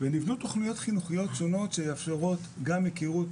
ונבנו תוכניות חינוכיות שונות שמאפשרות גם היכרות